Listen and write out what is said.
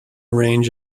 range